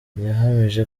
yahamije